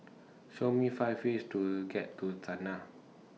Show Me five ways to get to Sanaa